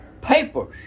papers